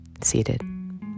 seated